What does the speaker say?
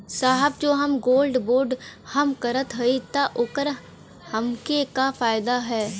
साहब जो हम गोल्ड बोंड हम करत हई त ओकर हमके का फायदा ह?